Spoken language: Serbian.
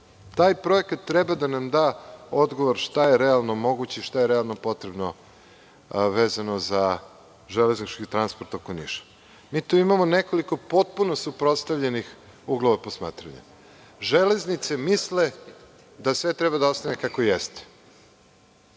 Taj projekat treba da nam da odgovor na to šta je realno moguće i šta je realno potrebno, vezano za železnički transport oko Niša. Mi tu imamo nekoliko potpuno suprotstavljeni uglova posmatranja. „Železnice“ misle da sve treba da ostane kako jeste.